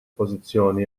pożizzjoni